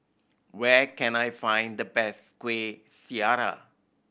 where can I find the best Kuih Syara